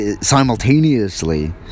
simultaneously